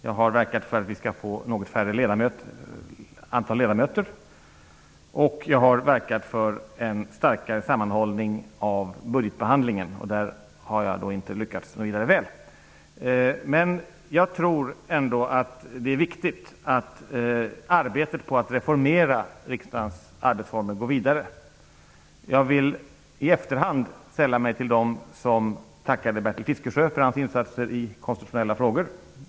Jag har verkat för att vi skall få något färre antal ledamöter. Jag har också verkat för en starkare sammanhållning av budgetbehandlingen. I det avseendet har jag inte lyckats särskilt väl. Jag tror ändock att det är viktigt att arbetet med att reformera riksdagens arbetsformer går vidare. Jag vill i efterhand sälla mig till dem som tackade Bertil Fiskesjö för hans insatser i konstitutionella frågor.